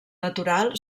natural